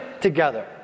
together